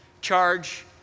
Charge